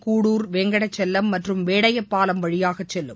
கூடுர் வெங்கடச்செல்லம் மற்றும் வேடயப்பாலம் வழியாக செல்லும்